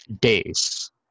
days